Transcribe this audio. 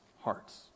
hearts